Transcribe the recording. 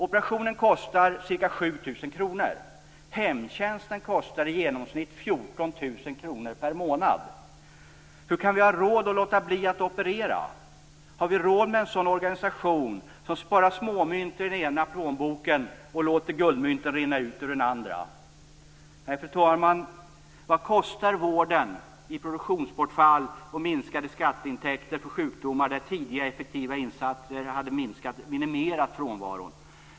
Operationen kostar ca 7 000 kr. Hemtjänsten kostar i genomsnitt 14 000 kr per månad! Hur kan vi ha råd att låta bli att operera? Har vi råd med en organisation som sparar småmynt i den ena plånboken och som låter guldmynten rinna ut ur den andra? Fru talman! Vad kostar vården i produktionsbortfall och minskade skatteintäkter när det gäller sjukdomar för vilka tidiga effektiva insatser hade minimerat frånvaron?